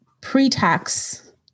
pre-tax